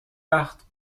وقت